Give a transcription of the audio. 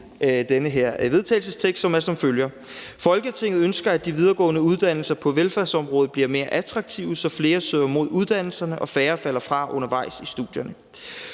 Forslag til vedtagelse »Folketinget ønsker, at de videregående uddannelser på velfærdsområdet bliver mere attraktive, så flere søger mod uddannelserne og færre falder fra undervejs i studierne.